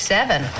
Seven